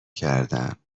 کردم